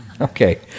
Okay